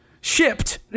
shipped